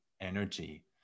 energy